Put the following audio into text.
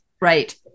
right